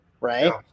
right